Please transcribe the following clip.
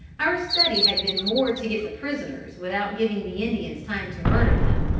our study had been more to get the prisoners without giving the indians time to murder them,